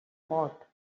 hot